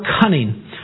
cunning